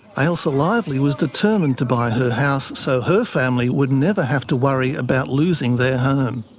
ailsa lively was determined to buy her house so her family would never have to worry about losing their home.